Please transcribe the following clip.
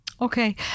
Okay